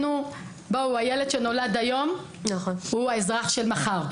הילד שנולד היום, הוא האזרח של מחר.